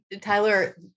Tyler